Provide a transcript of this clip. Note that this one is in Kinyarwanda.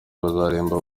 bazaririmba